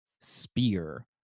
Spear